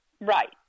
Right